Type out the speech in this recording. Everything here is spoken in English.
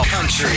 Country